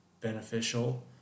beneficial